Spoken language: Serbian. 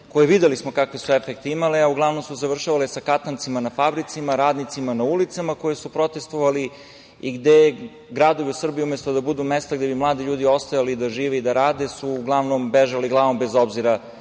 koje videli smo kakve su efekte imale, a uglavnom su završavale sa katancima na fabrikama, radnicima na ulicama koji su protestvovali i gde gradovi u Srbiji umesto da budu mesta gde bi mladi ljudi ostajali da žive i da rade, uglavnom su bežali glavom bez obzira